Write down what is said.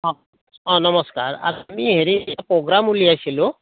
অঁ অঁ নমস্কাৰ আমি হেৰি প্ৰগ্ৰাম উলিয়াইছিলোঁ